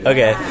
Okay